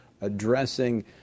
addressing